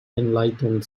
enlightened